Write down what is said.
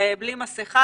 בלי מסכה,